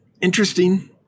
interesting